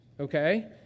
okay